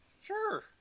Sure